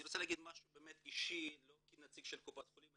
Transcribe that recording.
אני רוצה להגיד משהו אישי לא כנציג של קופת חולים.